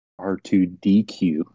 R2DQ